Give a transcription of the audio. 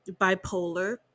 bipolar